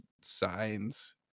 signs